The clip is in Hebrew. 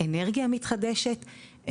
אנרגיה מתחדשת,